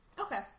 Okay